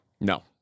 No